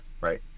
right